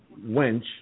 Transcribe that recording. wench